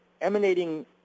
emanating